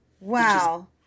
Wow